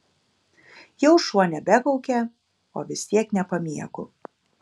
jau šuo nebekaukia o vis tiek nepamiegu